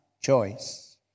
choice